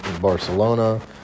Barcelona